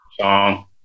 song